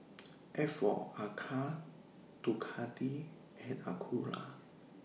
A For Arcade Ducati and Acura